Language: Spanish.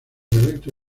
dialecto